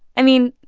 i mean,